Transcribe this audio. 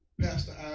Pastor